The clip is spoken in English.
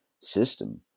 system